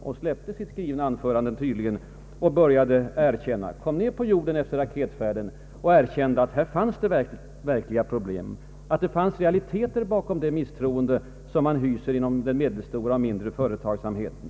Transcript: Han släppte sitt tydligen skrivna anförande och kom ner på jorden efter raketfärden och erkände att det fanns problem, att det fanns realiteter bakom det misstroende som man hyser framför allt inom den medelstora och mindre företagsamheten.